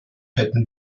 hätten